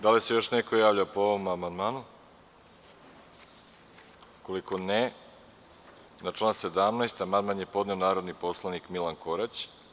Da li se još neko javlja po ovom amandmanu? (Ne) Na član 17. amandman je podneo narodni poslanik Milan Korać.